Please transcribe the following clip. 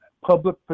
public